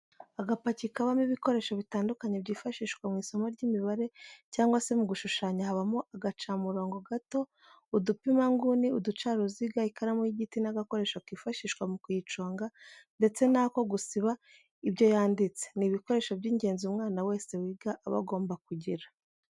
Agapaki kabamo ibikoresho bitandukanye byifashishwa mw'isomo ry'imibare cyangwa se mu gushushanya habamo agacamurongo gato, udupima inguni, uducaruziga, ikaramu y'igiti n'agakoresho kifashishwa mu kuyiconga ndetse n'ako gusiba ibyo yanditse, ni ibikoresho by'ingenzi umwana wese wiga aba agomba kugira.